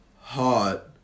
hot